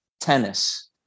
tennis